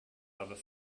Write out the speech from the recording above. other